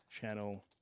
Channel